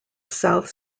south